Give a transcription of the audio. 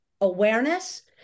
awareness